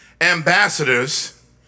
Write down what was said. ambassadors